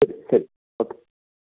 ശരി ഓക്കേ